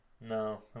no